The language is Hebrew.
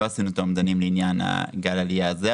לא עשינו את האומדנים לעניין גל העלייה הזה,